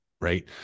Right